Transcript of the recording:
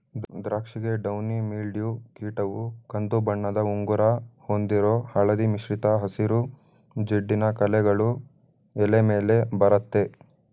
ದ್ರಾಕ್ಷಿಗೆ downy mildew ಕೀಟವು ಕಂದುಬಣ್ಣದ ಉಂಗುರ ಹೊಂದಿರೋ ಹಳದಿ ಮಿಶ್ರಿತ ಹಸಿರು ಜಿಡ್ಡಿನ ಕಲೆಗಳು ಎಲೆ ಮೇಲೆ ಬರತ್ತೆ